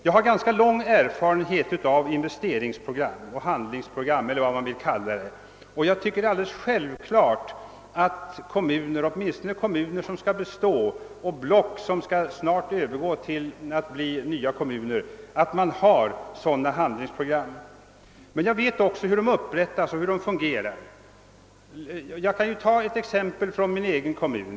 Jag har ganska lång erfarenhet av investeringsprogram eller handlingsprogram eller vad man vill kalla det, och jag tycker det är alldeles självklart att kommuner åtminstone kommuner som skall bestå och block som snart skall övergå till att bli nya kommuner — har sådana handlingsprogram. Men jag vet också hur de upprättas och hur de fungerar. Jag kan ta ett exempel från min egen kommun.